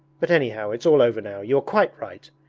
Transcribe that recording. but anyhow it's all over now you are quite right.